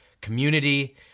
community